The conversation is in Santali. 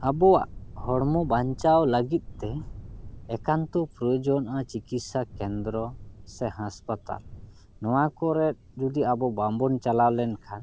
ᱟᱵᱚᱣᱟᱜ ᱦᱚᱲᱢᱚ ᱵᱟᱧᱪᱟᱣ ᱞᱟᱹᱜᱤᱫ ᱛᱮ ᱮᱠᱟᱱᱛᱚ ᱯᱨᱳᱭᱳᱡᱚᱱᱚᱜᱼᱟ ᱪᱤᱠᱤᱥᱥᱟ ᱠᱮᱱᱫᱨᱚ ᱥᱮ ᱦᱟᱥᱯᱟᱛᱟᱞ ᱱᱚᱣᱟ ᱠᱚᱨᱮᱫ ᱡᱩᱫᱤ ᱟᱵᱚ ᱵᱟᱝ ᱵᱚᱱ ᱪᱟᱞᱟᱣ ᱞᱮᱱᱠᱷᱟᱱ